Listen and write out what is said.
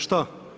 Što?